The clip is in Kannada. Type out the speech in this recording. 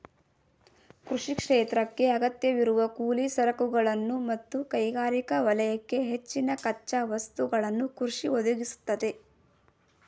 ಕೃಷಿ ಕ್ಷೇತ್ರಕ್ಕೇ ಅಗತ್ಯವಿರುವ ಕೂಲಿ ಸರಕುಗಳನ್ನು ಮತ್ತು ಕೈಗಾರಿಕಾ ವಲಯಕ್ಕೆ ಹೆಚ್ಚಿನ ಕಚ್ಚಾ ವಸ್ತುಗಳನ್ನು ಕೃಷಿ ಒದಗಿಸ್ತದೆ